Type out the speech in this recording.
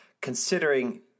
considering